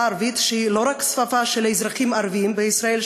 הערבית היא לא רק השפה של האזרחים הערבים בישראל,